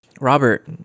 Robert